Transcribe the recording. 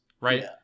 right